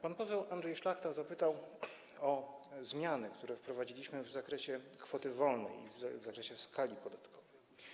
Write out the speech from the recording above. Pan poseł Andrzej Szlachta zapytał o zmiany, które wprowadziliśmy w zakresie kwoty wolnej i w zakresie skali podatkowej.